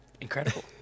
Incredible